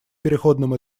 переходном